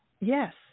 yes